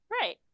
right